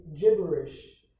gibberish